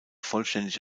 vollständig